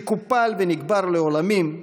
שקופל ונקבר לעולמים,